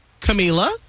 Camila